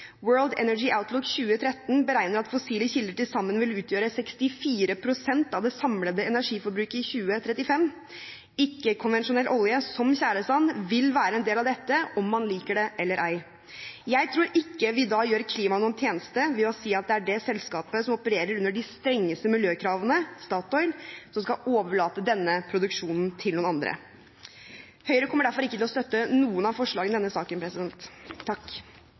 World Energy Outlook 2013 beregner at fossile kilder til sammen vil utgjøre 64 pst. av det samlende energiforbruket i 2035. Ikke-konvensjonell olje, som tjæresand, vil være en del av dette om man liker det eller ei. Jeg tror ikke vi da gjør klimaet noen tjeneste ved å si at det selskapet som opererer under de strengeste miljøkravene – Statoil – skal overlate denne produksjonen til noen andre. Høyre kommer derfor ikke til å støtte noen av forslagene i denne saken.